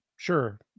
Sure